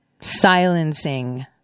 Silencing